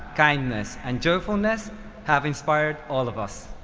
kindness, and cheerfulness have inspired all of us.